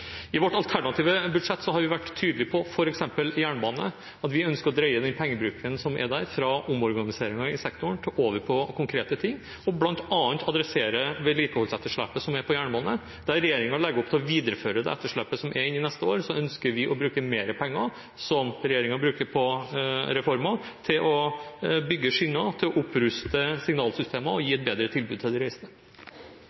I vårt alternative budsjett har vi vært tydelig på, f.eks. når det gjelder jernbane, at vi ønsker å drøye pengebruken – fra omorganisering i sektoren og over på konkrete ting. Blant annet adresserer vi vedlikeholdsetterslepet som er på jernbane. Der regjeringen legger opp til å videreføre det etterslepet som er, inn i neste år, ønsker vi å bruke mer penger – som regjeringen bruker på reformer – til å bygge skinner, til å oppruste signalsystemene og gi